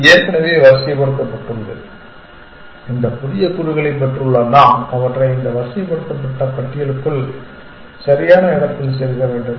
இது ஏற்கனவே வரிசைப்படுத்தப்பட்டுள்ளது இந்த புதிய கூறுகளை பெற்றுள்ள நாம் அவற்றை இந்த வரிசைப்படுத்தப்பட்ட பட்டியலுக்குள் சரியான இடத்தில் செருக வேண்டும்